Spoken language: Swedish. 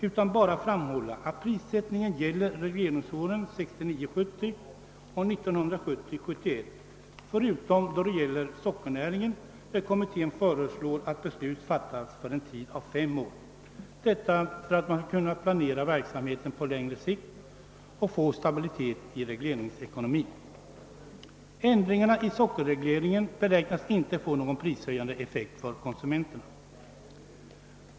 Jag vill bara framhålla att prissättningen gäller = regleringsåren 1969 71 utom då det gäller sockernäringen, för vilken kommittén föreslår att beslut fattas för en tid av fem år — detta för att man skall kunna planera verksamheten på längre sikt och få stabilitet i regleringsekonomin. Ändringarna i sockerregleringen beräknas inte få någon prishöjande effekt för konsumenterna.